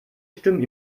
stimmen